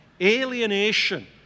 alienation